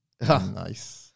nice